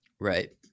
right